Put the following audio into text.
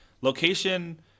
location